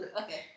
okay